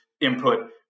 input